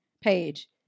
Page